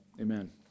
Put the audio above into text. Amen